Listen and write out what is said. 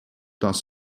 das